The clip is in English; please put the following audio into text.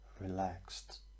relaxed